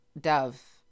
Dove